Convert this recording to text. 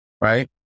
Right